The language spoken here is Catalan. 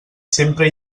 sempre